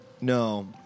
No